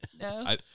No